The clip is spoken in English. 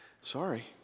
sorry